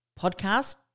Podcast